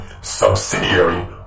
subsidiary